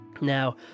Now